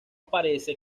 parece